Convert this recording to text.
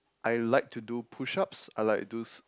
I like to do push ups I like do